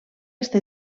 està